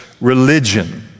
religion